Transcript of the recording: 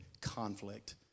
conflict